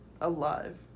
Alive